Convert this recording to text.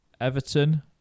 Everton